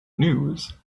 news